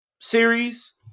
series